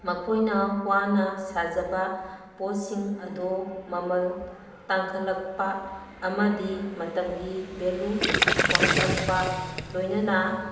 ꯃꯈꯣꯏꯅ ꯋꯥꯅ ꯁꯥꯖꯕ ꯄꯣꯠꯁꯤꯡ ꯑꯗꯣ ꯃꯃꯜ ꯇꯥꯡꯈꯠꯂꯛꯄ ꯑꯃꯗꯤ ꯃꯇꯝꯒꯤ ꯚꯦꯂꯨ ꯋꯥꯡꯈꯠꯂꯛꯄ ꯂꯣꯏꯅꯅ